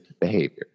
behavior